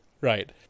Right